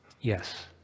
yes